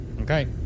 Okay